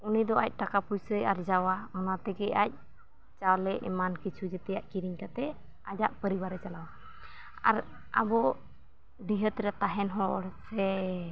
ᱩᱱᱤᱫᱚ ᱟᱡ ᱴᱟᱠᱟ ᱯᱚᱭᱥᱟᱭ ᱟᱨᱡᱟᱣᱟ ᱚᱱᱟᱛᱮᱜᱮ ᱟᱡ ᱪᱟᱣᱞᱮ ᱮᱢᱟᱱ ᱠᱤᱪᱷᱩ ᱡᱮᱛᱮᱭᱟᱜ ᱠᱤᱨᱤᱧ ᱠᱟᱛᱮᱫ ᱟᱭᱟᱜ ᱯᱚᱨᱤᱵᱟᱨᱮ ᱪᱟᱞᱟᱣᱟ ᱟᱨ ᱟᱵᱚ ᱰᱤᱦᱟᱹᱛᱨᱮ ᱛᱟᱦᱮᱱ ᱦᱚᱲ ᱥᱮ